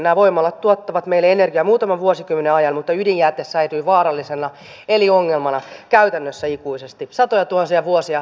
nämä voimalat tuottavat meille energiaa muutaman vuosikymmenen ajan mutta ydinjäte säilyy vaarallisena eli ongelmana käytännössä ikuisesti satojatuhansia vuosia